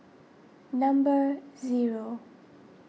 number zero